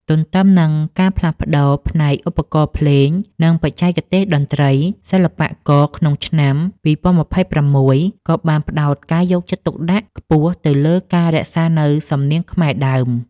ទន្ទឹមនឹងការផ្លាស់ប្តូរផ្នែកឧបករណ៍ភ្លេង និងបច្ចេកទេសតន្ត្រី សិល្បករក្នុងឆ្នាំ ២០២៦ ក៏បានផ្ដោតការយកចិត្តទុកដាក់ខ្ពស់ទៅលើការរក្សានូវ សំនៀងខ្មែរដើម។